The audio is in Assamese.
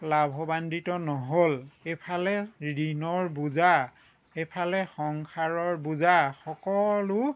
লাভৱান্নিত নহ'ল এইফালে ঋণৰ বোজা এইফালে সংসাৰৰ বোজা সকলো